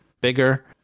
bigger